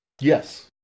Yes